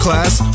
Class